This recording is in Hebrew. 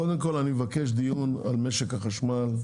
קודם כול, אני מבקש דיון על משק החשמל.